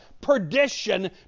perdition